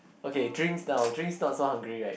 okay drinks now drinks not so hungry right